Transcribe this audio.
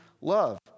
love